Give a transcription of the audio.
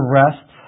rest